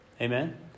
Amen